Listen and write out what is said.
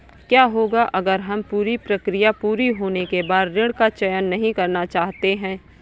क्या होगा अगर हम पूरी प्रक्रिया पूरी होने के बाद ऋण का चयन नहीं करना चाहते हैं?